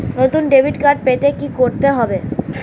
নতুন debit card পেতে কী করতে হবে?